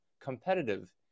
competitive